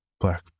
Black